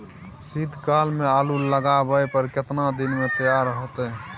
शीत काल में आलू लगाबय पर केतना दीन में तैयार होतै?